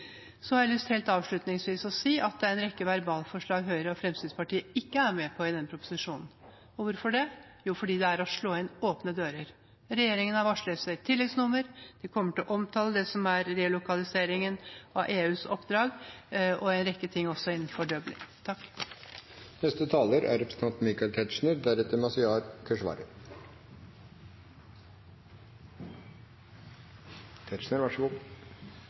har jeg lyst til å si at det er en rekke verbalforslag Høyre og Fremskrittspartiet ikke er med på i forbindelse med denne proposisjonen. Hvorfor det? Jo, fordi det er å slå inn åpne dører. Regjeringen har varslet et tilleggsnummer, og vi kommer til å omtale det som er relokaliseringen av EUs oppdrag, og en rekke ting også